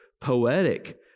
poetic